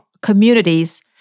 communities